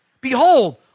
Behold